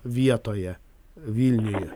vietoje vilniuje